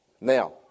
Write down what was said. Now